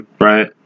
right